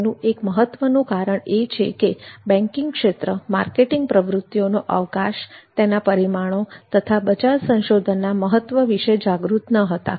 તેનુ એક મહત્વનું કારણ એ છે કે બેન્કિંગ ક્ષેત્ર માર્કેટિંગ પ્રવૃત્તિઓનો અવકાશ તેના પરીમાણો તથા બજાર સંશોધનનાં મહત્વ વિશે જાગૃત ન હતા